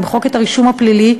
למחוק את הרישום הפלילי,